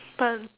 but